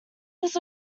was